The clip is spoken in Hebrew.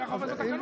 ככה עובד התקנון.